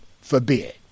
forbid